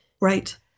right